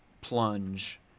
plunge